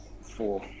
Four